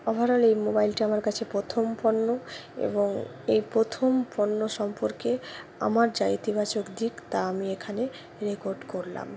overall এই মোবাইলটি আমার কাছে প্রথম পণ্য এবং এই প্রথম পণ্য সম্পর্কে আমার যা ইতিবাচক দিক তা আমি এখানে রেকর্ড করলাম